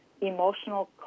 emotional